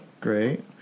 Great